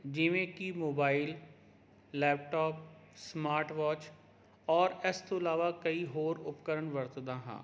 ਜਿਵੇਂ ਕਿ mobile laptop smart watch ਔਰ ਇਸ ਤੋਂ ਇਲਾਵਾ ਕਈ ਹੋਰ ਉਪਕਰਣ ਵਰਤਦਾ ਹਾਂ